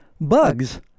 Bugs